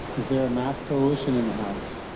is there a mass coalition in the house?